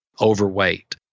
overweight